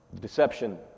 Deception